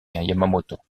yamamoto